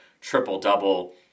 triple-double